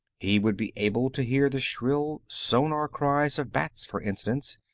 he would be able to hear the shrill sonar-cries of bats, for instance,